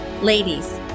Ladies